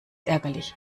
ärgerlich